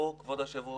פה, כבוד היושב ראש,